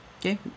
Okay